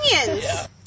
onions